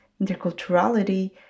interculturality